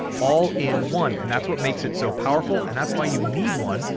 all in one and that's what makes it so powerful. and that's why you need one,